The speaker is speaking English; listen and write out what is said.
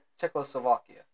Czechoslovakia